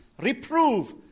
reprove